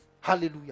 Hallelujah